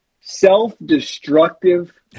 self-destructive